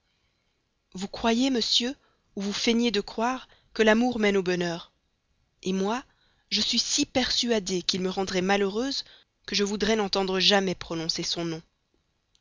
vous croyez monsieur ou vous feignez de croire que l'amour mène au bonheur moi je suis si persuadée qu'il me rendrait malheureuse que je voudrais n'entendre jamais prononcer son nom